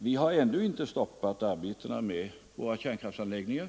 Vi har ännu inte stoppat arbetet med våra kärnkraftanläggningar.